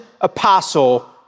apostle